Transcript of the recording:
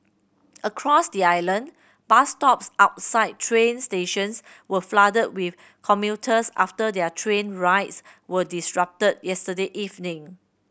across the island bus stops outside train stations were flooded with commuters after their train rides were disrupted yesterday evening